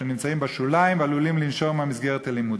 שנמצאים בשוליים ועלולים לנשור מהמסגרת הלימודית.